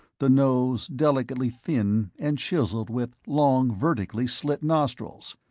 the nose delicately thin and chiseled with long vertically slit nostrils,